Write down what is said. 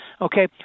Okay